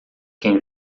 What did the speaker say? quem